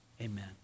amen